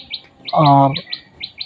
ᱟᱨ